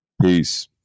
Peace